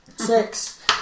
Six